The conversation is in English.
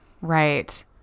right